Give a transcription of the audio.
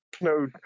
no